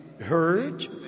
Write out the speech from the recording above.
heard